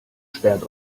sperrt